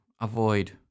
avoid